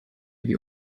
wie